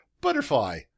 butterfly